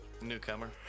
Newcomer